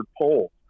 poll